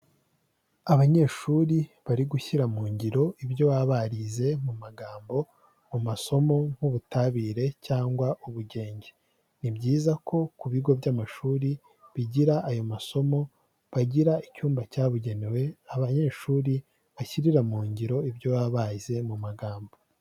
Abanyeshuri bari gushyira mu ngiro ibyo baba barize mu magambo, mu masomo nk'ubutabire cyangwa ubugenge, ni byiza ko ku bigo by'amashuri bigira ayo masomo, bagira icyumba cyabugenewe abanyeshuri bashyirira mu ngiro ibyo baba barize mu magambo.